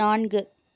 நான்கு